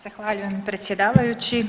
Zahvaljujem predsjedavajući.